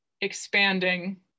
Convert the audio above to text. expanding